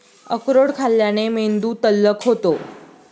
अक्रोड खाल्ल्याने मेंदू तल्लख होतो